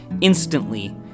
Instantly